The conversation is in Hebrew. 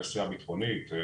תעשייה ביטחונית,